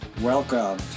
Welcome